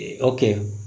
Okay